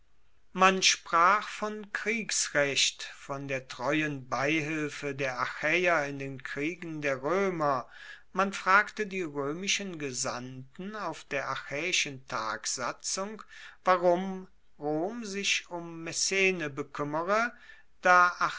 man sprach von kriegsrecht von der treuen beihilfe der achaeer in den kriegen der roemer man fragte die roemischen gesandten auf der achaeischen tagsatzung warum rom sich um messene bekuemmere da